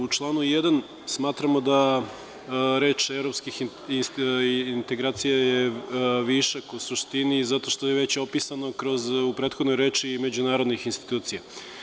U članu 1. smatramo da reč „evropskih integracija“ je višak u suštini, zato što je već opisano u prethodnoj reči međunarodnih institucija.